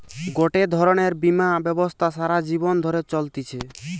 গটে ধরণের বীমা ব্যবস্থা সারা জীবন ধরে চলতিছে